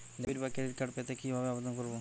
Debit বা credit card পেতে কি ভাবে আবেদন করব?